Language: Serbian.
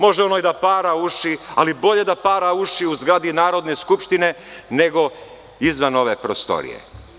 Može ono i da para uši, ali bolje da para uši u zgradi Narodne skupštine, nego izvan ove prostorije.